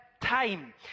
time